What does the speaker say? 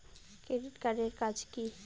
Credit card এর কাজ কি?